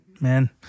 man